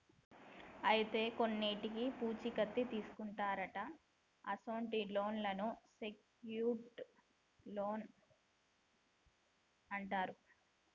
అయితే కొన్నింటికి పూచీ కత్తు తీసుకుంటారట అసొంటి లోన్లను సెక్యూర్ట్ లోన్లు అంటారు